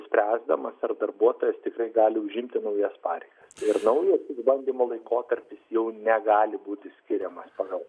spręsdamas ar darbuotojas tikrai gali užimti naujas pareigas ir naujas išbandymo laikotarpis jau negali būti skiriamas pagal